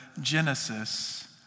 Genesis